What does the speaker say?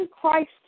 Christ